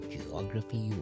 Geography